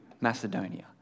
Macedonia